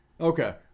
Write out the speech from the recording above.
Okay